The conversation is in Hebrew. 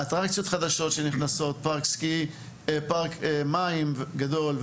יש אטרקציות חדשות שנכנסות: פארק מים גדול,